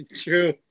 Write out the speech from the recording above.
True